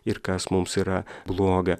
ir kas mums yra bloga